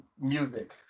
music